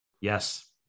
Yes